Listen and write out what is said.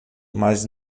mas